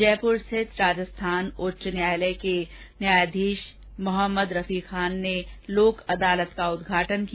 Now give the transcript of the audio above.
जयपुर स्थित राजस्थान उच्च न्यायालय के न्यायाधीश रफीक खान ने लोक अदालत का उद्घाटन किया